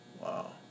Wow